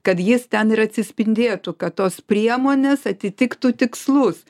kad jis ten ir atsispindėtų kad tos priemonės atitiktų tikslus